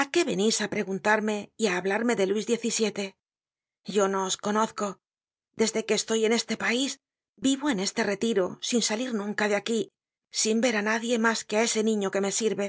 á qué venís á preguntarme y á hablarme de luis xvii yo no os conozco desde que estoy en este país vivo en este retiro sin salir nunca de aquí sin ver á nadie mas que á ese niño que me sirve